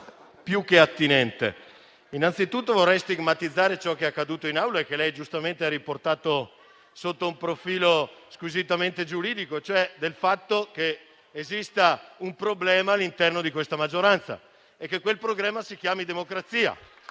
più che attinente. Innanzitutto, vorrei stigmatizzare ciò che è accaduto in Aula e che lei giustamente ha riportato sotto un profilo squisitamente giuridico, cioè che esista un problema all'interno di questa maggioranza e che quel problema si chiami democrazia.